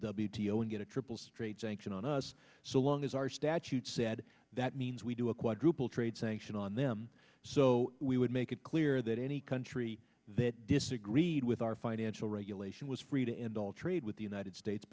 o and get a triple straight sanction on us so long as our statute said that means we do a quadruple trade sanction on them so we would make it clear that any country that disagreed with our financial regulation was free to end all trade with the united states